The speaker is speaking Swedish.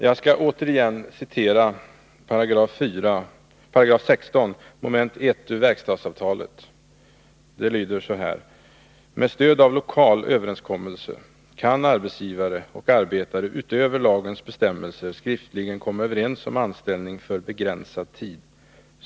Fru talman! Jag skall åter citera ur 16 §, I mom. , i verkstadsavtalet: ”Med stöd av lokal överenskommelse kan arbetsgivare och arbetare utöver lagens bestämmelser skriftligen komma överens om anställning för begränsad tid.